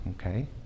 Okay